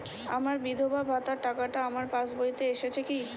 আমার বিধবা ভাতার টাকাটা আমার পাসবইতে এসেছে কি?